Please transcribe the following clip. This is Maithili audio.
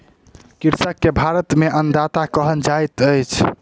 कृषक के भारत में अन्नदाता कहल जाइत अछि